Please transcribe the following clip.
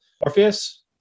Orpheus